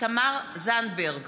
תמר זנדברג,